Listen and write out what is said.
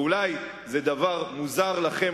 אולי זה דבר מוזר לכם,